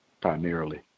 primarily